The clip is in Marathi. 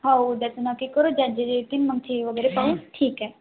हो उद्याचं नक्की करू ज्यांचे जे येतील मंथली वगैरे पाहून ठीक आहे